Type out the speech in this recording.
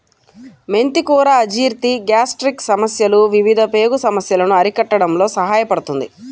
మెంతి కూర అజీర్తి, గ్యాస్ట్రిక్ సమస్యలు, వివిధ పేగు సమస్యలను అరికట్టడంలో సహాయపడుతుంది